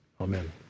amen